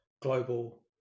global